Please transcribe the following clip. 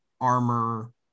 armor